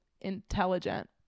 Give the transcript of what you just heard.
intelligent